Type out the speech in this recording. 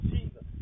Jesus